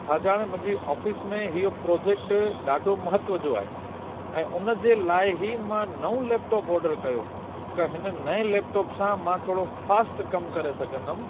छाकाणि मुंहिंजी ऑफिस में इहो प्रोजेक्ट ॾाढो महत्व जो आहे ऐं उन जे लाइ हीउ मां नओ लैपटॉप ऑडर कयो की हिन नए लैपटॉप सां मां थोरो फास्ट कमु करे सघंदमि